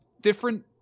different